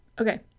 Okay